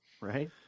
Right